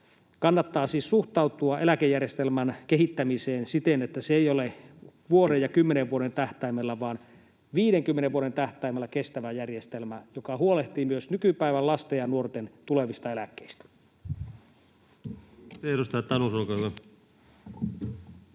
Kannattaa siis suhtautua eläkejärjestelmän kehittämiseen siten, että se ei ole vuoden ja 10 vuoden tähtäimellä vaan 50 vuoden tähtäimellä kestävä järjestelmä, joka huolehtii myös nykypäivän lasten ja nuorten tulevista eläkkeistä.